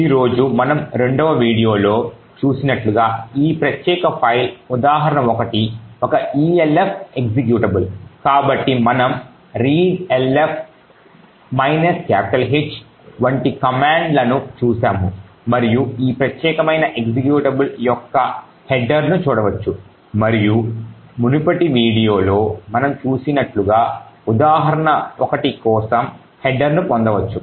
ఈ రోజు మనం రెండవ వీడియోలో చూసినట్లుగా ఈ ప్రత్యేక ఫైలు ఉదాహరణ1 ఒక elf ఎక్జిక్యూటబుల్ కాబట్టి మనం readlf H వంటి కమాండ్లను చూశాము మరియు ఈ ప్రత్యేకమైన ఎక్జిక్యూటబుల్ యొక్క హెడర్ను చూడవచ్చు మరియు మునుపటి వీడియోలో మనం చూసినట్లుగా ఉదాహరణ1 కోసం హెడర్ ను పొందవచ్చు